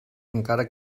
encara